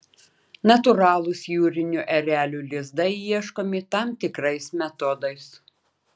natūralūs jūrinių erelių lizdai ieškomi tam tikrais metodais